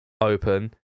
open